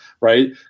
right